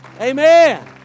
Amen